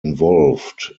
involved